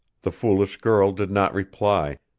the foolish girl did not reply,